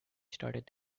started